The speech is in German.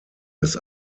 des